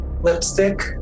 lipstick